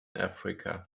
africa